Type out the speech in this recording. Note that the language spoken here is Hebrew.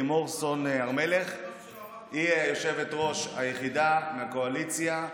לימור סון הר מלך היא יושבת-ראש יחידה מהקואליציה.